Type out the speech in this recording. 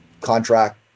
contract